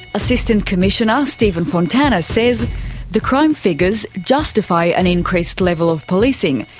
assistant commissioner stephen fontana says the crime figures justify an increased level of policing.